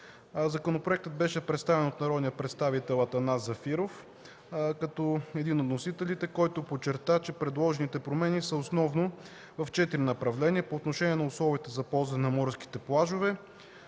Законопроектът беше представен от народния представител Атанас Зафиров, като един от вносителите, който подчерта, че предложените промените са основно в четири направления: по отношение на условията за ползване на морските плажове,